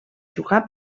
jugar